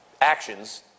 actions